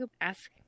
Ask